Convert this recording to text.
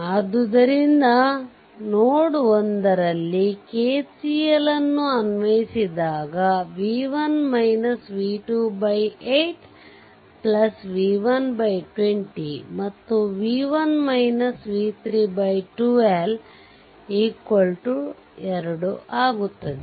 ಆದ್ದರಿಂದ ನೋಡ್ 1 ನಲ್ಲಿ KCL ಅನ್ನು ಅನ್ವಯಿಸಿದಾಗ 8 v120 ಮತ್ತು v1 v3 12 2 ಆಗುತ್ತದೆ